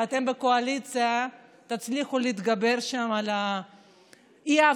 ואתם בקואליציה תצליחו להתגבר שם על האי-הבנות.